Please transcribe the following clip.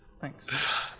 Thanks